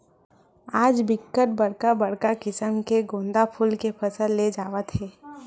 आज बिकट बड़का बड़का किसम के गोंदा फूल के फसल ले जावत हे